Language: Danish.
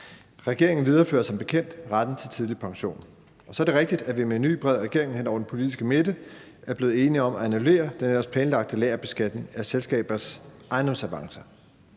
Regeringen viderefører som bekendt retten til en tidlig pension. Så er det rigtigt, at vi med en ny bred regering hen over den politiske midte er blevet enige om at annullere den ellers planlagte lagerbeskatning af selskabers ejendomsavancer.